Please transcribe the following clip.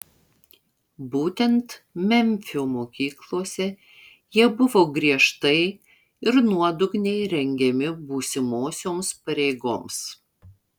būtent memfio mokyklose jie buvo griežtai ir nuodugniai rengiami būsimosioms pareigoms